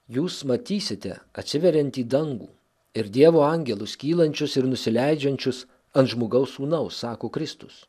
jūs matysite atsiveriantį dangų ir dievo angelus kylančius ir nusileidžiančius ant žmogaus sūnaus sako kristus